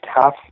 half